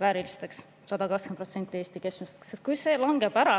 vääriliseks, 120% Eesti keskmisest [palgast], sest kui see langeb ära,